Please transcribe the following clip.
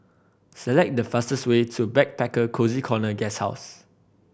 select the fastest way to Backpacker Cozy Corner Guesthouse